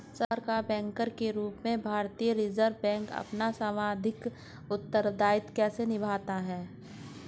सरकार का बैंकर के रूप में भारतीय रिज़र्व बैंक अपना सांविधिक उत्तरदायित्व कैसे निभाता है?